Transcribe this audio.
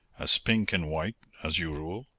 as pink-and-white as usual,